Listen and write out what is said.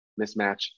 mismatch